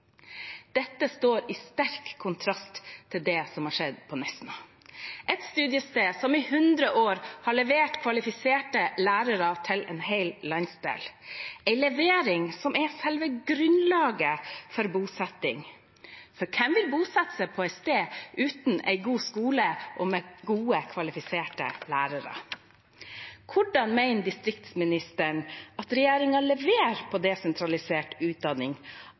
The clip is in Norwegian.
Dette står i sterk kontrast til det som har skjedd på Nesna, et studiested som i hundre år har levert kvalifiserte lærere til en hel landsdel, en levering som er selve grunnlaget for bosetting, for hvem vil bosette seg på et sted uten en god skole og med gode, kvalifiserte lærere. Hvordan mener distriktsministeren at regjeringen leverer på desentralisert utdanning,